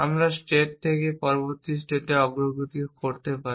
আমরা স্টেট থেকে পরবর্তী স্টেটে অগ্রগতি করতে পারি